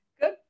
Good